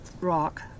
rock